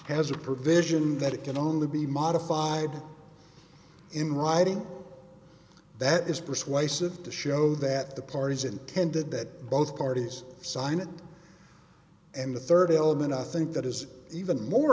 has a provision that it can only be modified in writing that is persuasive to show that the parties intended that both parties sign it and the third element i think that is even more